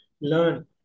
learn